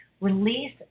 release